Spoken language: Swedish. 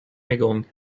igång